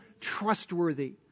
trustworthy